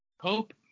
hope